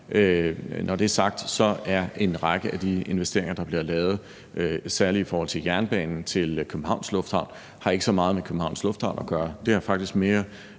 Når det er sagt, har en række af de investeringer, der bliver lavet, særlig i forhold til jernbanen til Københavns Lufthavn, ikke så meget med Københavns Lufthavn at gøre. Det har faktisk mere